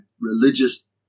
religious